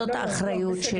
זאת האחריות שלי.